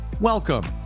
Welcome